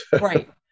Right